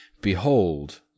behold